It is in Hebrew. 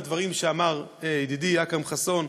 הדברים שאמר ידידי אכרם חסון,